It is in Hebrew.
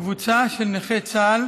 קבוצה של נכי צה"ל